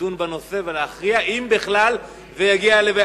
לדון בנושא ולהכריע, אם בכלל זה יגיע לוועדה.